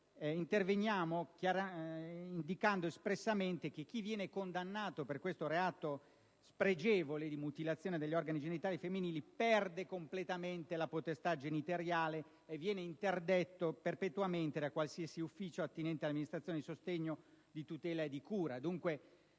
interveniamo indicando espressamente che chi viene condannato per questo reato spregevole di mutilazione degli organi genitali femminili perde completamente la potestà genitoriale e viene interdetto perpetuamente da qualsiasi ufficio attinente alla tutela, alla curatela e